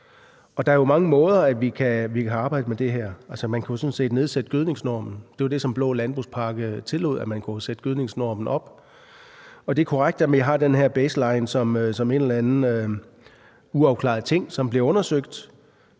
Der er jo mange måder, vi kan arbejde med det her på. Man kunne sådan set nedsætte gødningsnormen. Der tillod den blå landbrugspakke, at man kunne sætte gødningsnormen op. Det er korrekt, at vi har den her baseline som en eller anden uafklaret ting, som bliver undersøgt.